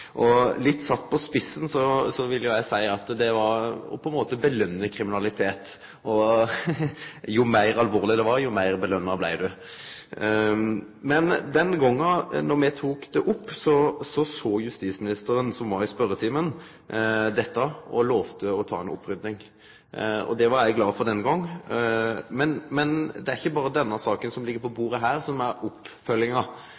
Sett litt på spissen vil jo eg seie at det på ein måte var å påskjøne kriminalitet. Jo meir alvorleg det var, jo meir påskjøna blei du. Den gongen me tok dette opp, såg justisministeren, som var i spørjetimen, dette, og han lovde å ta ei opprydding. Det var eg glad for den gongen. Men det er ikkje berre den saka som ligg på